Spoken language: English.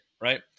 right